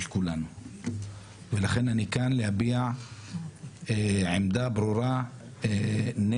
כולם ולכן אני כאן להביע עמדה ברורה נגד